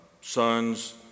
sons